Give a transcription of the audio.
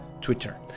Twitter